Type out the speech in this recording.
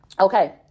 okay